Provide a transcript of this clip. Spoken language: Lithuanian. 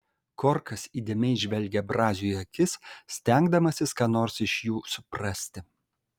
korkas įdėmiai žvelgė braziui į akis stengdamasis ką nors iš jų suprasti